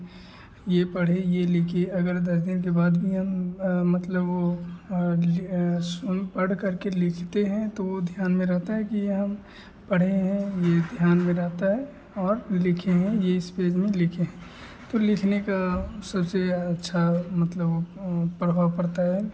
यह पढ़े यह लिखिए अगर दस दिन के बाद में मतलब वो ये सुन पढ़ करके लिखते हैं तो ध्यान में रहता है कि यह हम पढ़े हैं यह ध्यान में रहता है और लिखे हैं यह इस पेज में लिखे हैं तो लिखने का सबसे अच्छा मतलब वह प्रभाव पड़ता है